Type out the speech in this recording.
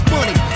Money